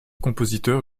compositeur